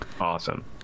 awesome